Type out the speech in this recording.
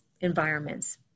environments